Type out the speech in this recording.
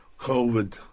COVID